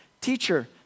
Teacher